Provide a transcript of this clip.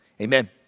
amen